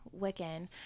wiccan